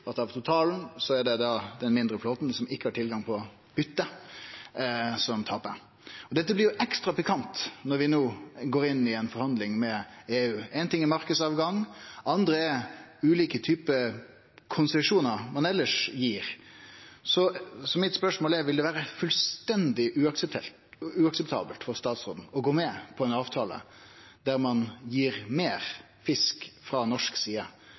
at av totalen er det den mindre flåten som ikkje har tilgang på bytte, som taper. Dette blir ekstra pikant når vi no går inn i ei forhandling med EU. Ein ting er marknadstilgang, noko anna er ulike typar konsesjonar ein elles gir. Så mitt spørsmål er: Vil det vere fullstendig uakseptabelt for statsråden å gå med på ei avtale der ein gir meir fisk frå norsk side